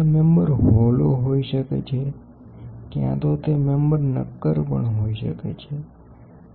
અને જો તે એક મેમ્બર હોય તો તે મેમ્બર હોલો હોઈ શકે છે